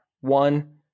one